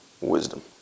wisdom